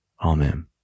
Amen